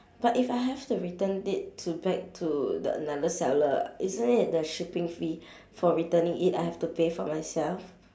but if I have to return it to back to the another seller isn't it the shipping fee for returning it I have to pay for myself